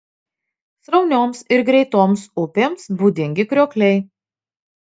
sraunioms ir greitoms upėms būdingi kriokliai